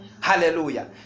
Hallelujah